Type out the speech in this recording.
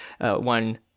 one